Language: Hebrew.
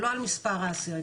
לא על מספר האסירים.